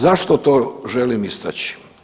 Zašto to želim istači?